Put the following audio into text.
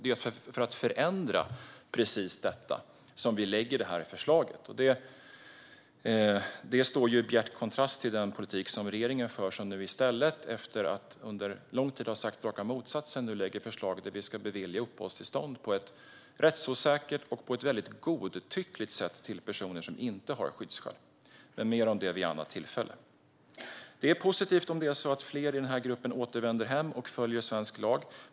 Det är för att förändra precis detta som vi lägger fram det här förslaget. Det står i bjärt kontrast till den politik som regeringen för - den regering som efter att under lång tid ha sagt raka motsatsen nu lägger fram förslaget att vi ska bevilja uppehållstillstånd på ett rättsosäkert och godtyckligt sätt till personer som inte har skyddsskäl. Men mer om det vid ett annat tillfälle. Det är positivt om det är så att fler i den här gruppen följer svensk lag och återvänder hem.